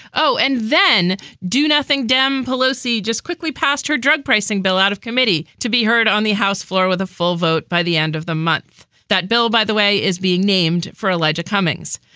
oh and then do nothing. dem pelosi just quickly passed her drug pricing bill out of committee to be heard on the house floor with a full vote by the end of the month. that bill by the way is being named for elijah cummings.